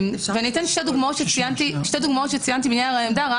אתן שתי דוגמאות שציינתי בנייר העמדה.